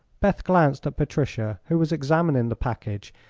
beth glanced at patricia, who was examining the package,